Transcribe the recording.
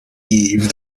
eve